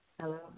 Hello